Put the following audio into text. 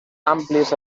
àmplies